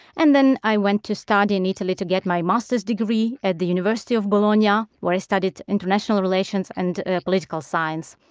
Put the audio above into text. and then i went to study in italy to get my master's degree at the university of bologna yeah where i studied international relations and political science.